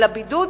על הבידוד.